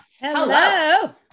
Hello